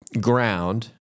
ground